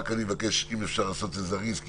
אני מציע שהקנס יעמוד על 300 שקלים במקום 500 שקלים.